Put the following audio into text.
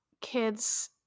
kids